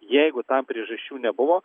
jeigu tam priežasčių nebuvo